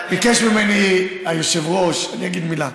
ביקש ממני היושב-ראש, אני אגיד מילה.